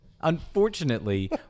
Unfortunately